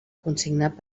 consignat